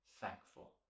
thankful